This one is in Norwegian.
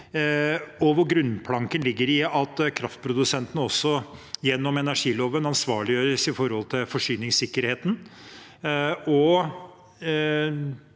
grunnplanken ligger i at kraftprodusentene også gjennom energiloven ansvarliggjøres med tanke på forsyningssikkerheten.